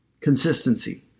Consistency